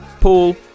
Paul